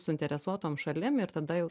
suinteresuotom šalim ir tada jau